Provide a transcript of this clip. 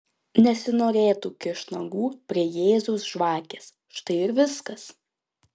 nesinorėtų kišt nagų prie jėzaus žvakės štai ir viskas